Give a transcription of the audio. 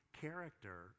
character